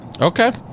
Okay